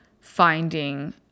finding